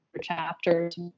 chapters